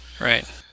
right